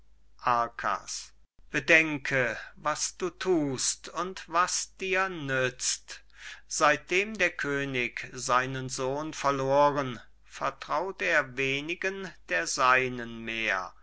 bedenke was du thust und was dir nützt seitdem der könig seinen sohn verloren vertraut er wenigen der seinen mehr